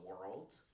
world